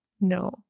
no